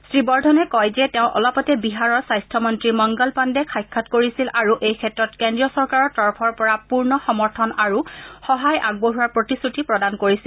শ্ৰীবৰ্ধনে কয় যে তেওঁ অলপতে বিহাৰৰ স্বাস্থ্যমন্ত্ৰী মংগল পাণ্ডেক সাক্ষাৎ কৰিছিল আৰু এইক্ষেত্ৰত কেন্দ্ৰীয় চৰকাৰৰ তৰফৰ পৰা পূৰ্ণ সমৰ্থন আৰু সহায় আগবঢ়োৱাৰ প্ৰতিশ্ৰুতি প্ৰদান কৰিছিল